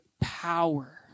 power